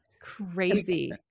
Crazy